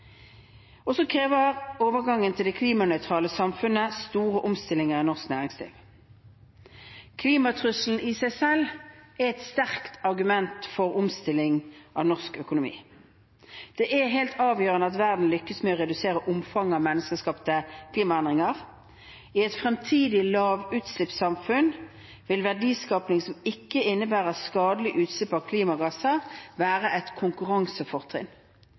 krever overgangen til det klimanøytrale samfunnet store omstillinger i norsk næringsliv. Klimatrusselen i seg selv er et sterkt argument for omstilling av norsk økonomi. Det er helt avgjørende at verden lykkes med å redusere omfanget av menneskeskapte klimaendringer. I et fremtidig lavutslippssamfunn vil verdiskaping som ikke innebærer skadelige utslipp av klimagasser, være et konkurransefortrinn.